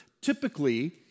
Typically